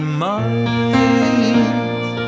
minds